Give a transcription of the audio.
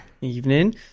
Evening